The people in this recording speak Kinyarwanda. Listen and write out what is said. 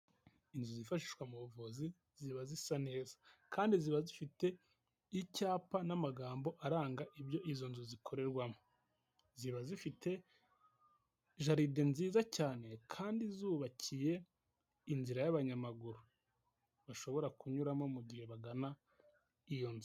Inzu zifashishwa mu buvuzi ziba zisa neza kandi ziba zifite icyapa n'amagambo aranga ibyo izo nzu zikorerwamo. ziba zifite jaride nziza cyane kandi zubakiye inzira y'abanyamaguru bashobora kunyuramo mu gihe bagana iyo nzu.